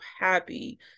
happy